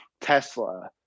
tesla